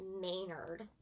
Maynard